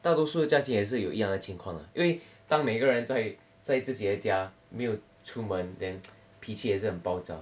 大多数的家庭也是有一样的情况啦因为当每个人在在自己的家没有出门 then 脾气也是很暴躁